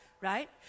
right